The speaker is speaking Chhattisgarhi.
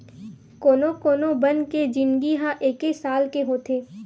कोनो कोनो बन के जिनगी ह एके साल के होथे